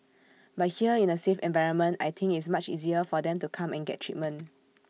but here in A safe environment I think it's much easier for them to come and get treatment